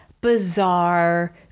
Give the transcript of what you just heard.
bizarre